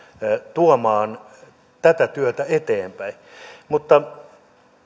tuomaan tätä työtä eteenpäin mutta